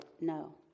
no